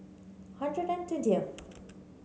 hundred and twentieth